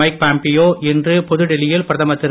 Mike Pompeo இன்று புதுடெல்லியில் பிரதமர் திரு